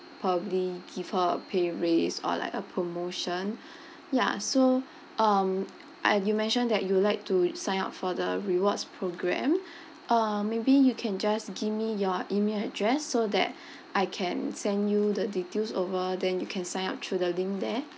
probably give her a pay raise or like a promotion ya so um ah you mentioned that you would like to sign up for the rewards program uh maybe you can just give me your email address so that I can send you the details over then you can sign up through the link there